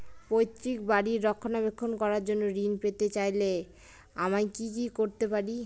পৈত্রিক বাড়ির রক্ষণাবেক্ষণ করার জন্য ঋণ পেতে চাইলে আমায় কি কী করতে পারি?